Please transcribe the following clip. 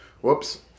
Whoops